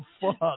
fuck